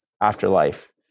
afterlife